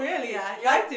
ya you want